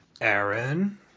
Aaron